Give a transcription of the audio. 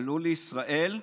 עלו לישראל,